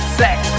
sex